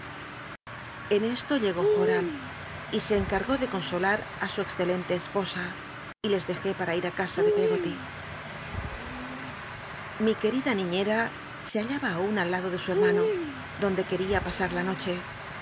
en esto llegó joram y se cncagó de consolar ri su excelente esposa y les dejé para ir casa de peggoty mi cuerida niíicra se hallaba aun al lado de su hermano donde qucria pasar la noche